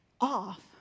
off